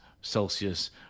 Celsius